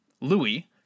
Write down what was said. Louis